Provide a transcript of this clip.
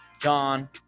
John